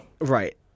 right